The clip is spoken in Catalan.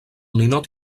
ninot